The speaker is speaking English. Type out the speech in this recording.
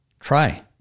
Try